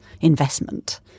investment